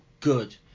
good